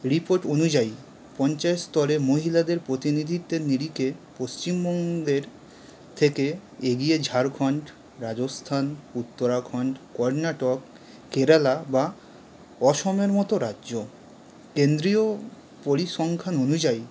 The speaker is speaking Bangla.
রিপোর্ট অনুযায়ী পঞ্চায়েত স্তরে মহিলাদের প্রতিনিধিত্বের নিরিখে পশ্চিমবঙ্গের থেকে এগিয়ে ঝাড়খণ্ড রাজস্থান উত্তরাখণ্ড কর্ণাটক কেরালা বা অসমের মতো রাজ্য কেন্দ্রীয় পরিসংখ্যান অনুযায়ী